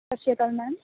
ਸਤਿ ਸ਼੍ਰੀ ਅਕਾਲ ਮੈਮ